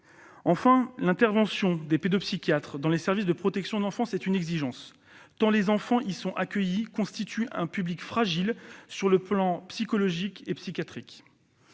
Enfin, l'intervention de pédopsychiatres dans les services de protection de l'enfance est une exigence, tant les enfants qui y sont accueillis constituent un public fragile sur le plan psychologique et psychiatrique.